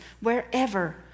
wherever